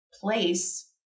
place